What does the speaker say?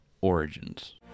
Origins